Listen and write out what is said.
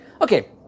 Okay